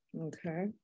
Okay